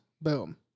Boom